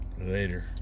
Later